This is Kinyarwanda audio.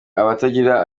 abatagira